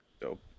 Dope